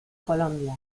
colombia